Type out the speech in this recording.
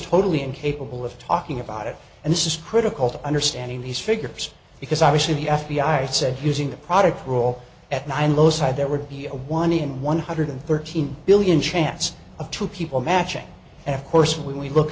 totally incapable of talking about it and this is critical to understanding these figures because obviously the f b i said using the product roll at nine lowside there would be a one in one hundred thirteen billion chance of two people matching and of course we look